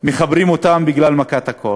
מחברים אותם בגלל מכת הקור.